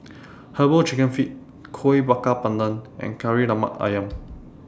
Herbal Chicken Feet Kuih Bakar Pandan and Kari Lemak Ayam